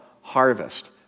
harvest